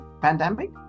pandemic